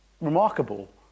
remarkable